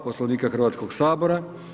Poslovnika Hrvatskog sabora.